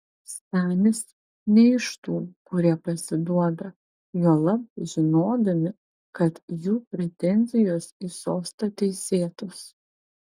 stanis ne iš tų kurie pasiduoda juolab žinodami kad jų pretenzijos į sostą teisėtos